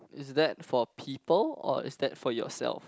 is that for people or is that for yourself